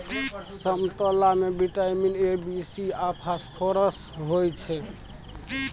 समतोला मे vitamin A, B, C आ फास्फोरस होइ छै